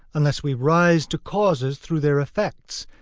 unless we rise to causes through their effects,